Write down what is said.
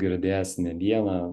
girdėjęs ne vieną